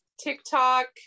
TikTok